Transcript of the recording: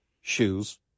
shoes